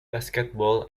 basketball